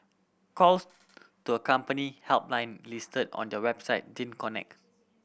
calls to a company helpline listed on their website didn't connect